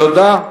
תודה.